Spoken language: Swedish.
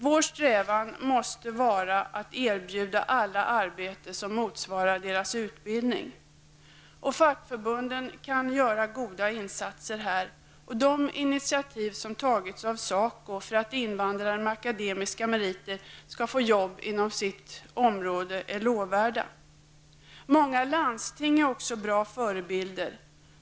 Vår strävan måste vara att erbjuda alla ett arbete som motsvarar deras utbildning. Fackförbunden kan här göra goda insatser. De initiativ som tagits av t.ex. SACO för att invandrare med akademiska meriter skall få jobb inom sitt område är lovvärda. Många landsting är också bra förebilder.